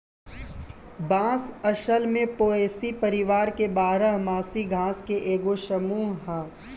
बांस असल में पोएसी परिवार के बारह मासी घास के एगो समूह ह